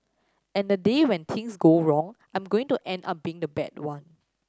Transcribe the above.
and the day when things go wrong I'm going to end up being the bad one